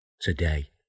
today